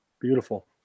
Beautiful